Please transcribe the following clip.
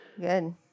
Good